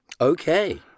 Okay